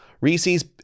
Reese's